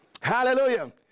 Hallelujah